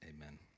Amen